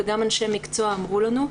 וגם אנשי המקצוע אמרו לנו,